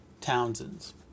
Townsend's